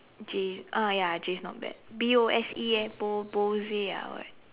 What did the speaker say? J ah ya J is not bad B O S E eh bo~ bose ah or what